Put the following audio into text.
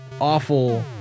awful